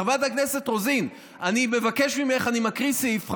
חברת הכנסת רוזין, אני מבקש ממך, אני מקריא סעיף.